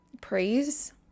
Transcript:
praise